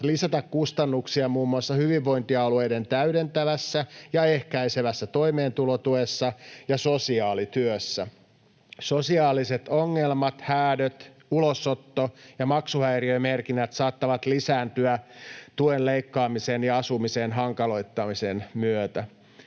lisätä kustannuksia muun muassa hyvinvointialueiden täydentävässä ja ehkäisevässä toimeentulotuessa ja sosiaalityössä. Sosiaaliset ongelmat, häädöt, ulosotto ja maksuhäiriömerkinnät saattavat lisääntyä tuen leikkaamisen ja asumisen hankaloittamisen myötä.